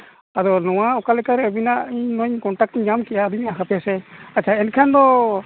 ᱟᱫᱚ ᱱᱚᱣᱟ ᱚᱠᱟ ᱞᱮᱠᱟᱨᱮ ᱟᱹᱵᱤᱱᱟᱜ ᱤᱧ ᱱᱚᱣᱟᱧ ᱠᱚᱱᱴᱟᱠᱴ ᱧᱟᱢ ᱠᱮᱫᱼᱟ ᱟᱫᱚᱧ ᱢᱮᱱᱮᱫᱼᱟ ᱦᱟᱯᱮᱥᱮ ᱮᱱᱠᱷᱟᱱ ᱫᱚ